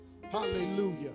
Hallelujah